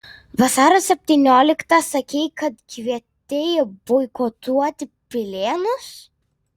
vasario septynioliktą sakei kad kvietei boikotuoti pilėnus